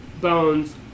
bones